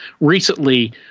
recently